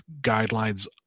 guidelines